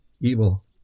Evil